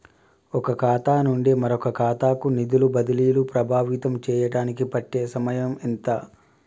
ఒక ఖాతా నుండి మరొక ఖాతా కు నిధులు బదిలీలు ప్రభావితం చేయటానికి పట్టే సమయం ఎంత?